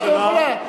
את לא יכולה,